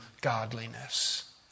godliness